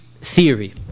theory